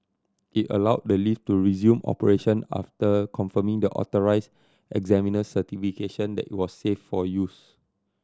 it allow the lift to resume operation after confirming the authorise examiner's certification that it was safe for use